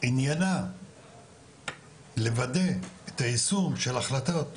שעניינה לוודא את היישום של החלטות הממשלה,